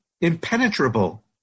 impenetrable